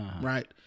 right